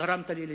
גרמת לי לבכות.